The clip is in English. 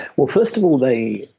well, first of all, they.